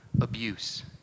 abuse